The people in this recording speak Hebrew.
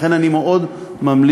לכן אני מאוד ממליץ